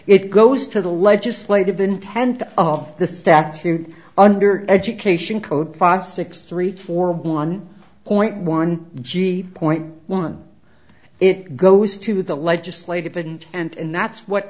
it goes to the legislative intent of the statute under education code five six three four one point one point one it goes to the legislative intent and that's what